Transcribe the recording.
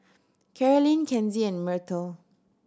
Carolyn Kenzie and Myrtle